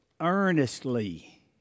earnestly